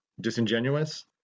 disingenuous